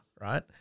right